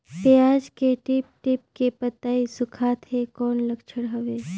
पियाज के टीप टीप के पतई सुखात हे कौन लक्षण हवे?